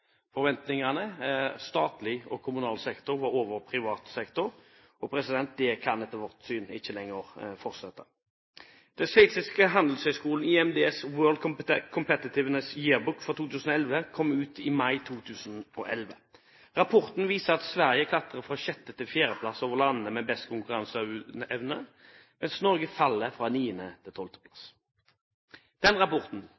forventningene. Statlig og kommunal sektor var over privat sektor. Det kan etter vårt syn ikke lenger fortsette. Den sveitsiske handelshøyskolen IMDs «World Competitiveness Yearbook» for 2011 kom ut i mai 2011. Rapporten viser at Sverige klatrer fra 6. til 4. plass på listen over landene med best konkurranseevne, mens Norge faller fra 9. til